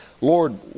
Lord